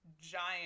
giant